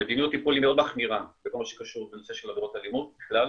המדיניות היא מאוד מחמירה בכל מה שקשור בנושא של עבירות אלימות בכלל,